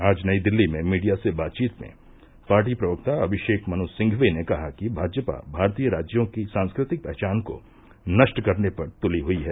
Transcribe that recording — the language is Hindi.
आज नई दिल्ली में मीडिया से बातचीत में पार्टी प्रवक्ता अभिषेक मनु सिंघवी ने कहा कि भाजपा भारतीय राज्यों की सांस्कृतिक पहचान को नष्ट करने पर तुली हुई है